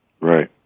Right